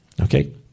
Okay